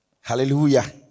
Hallelujah